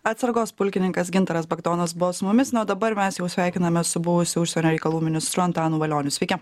atsargos pulkininkas gintaras bagdonas buvo su mumis na o dabar mes jau sveikinamės su buvusiu užsienio reikalų ministru antanu valioniu sveiki